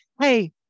hey